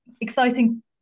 exciting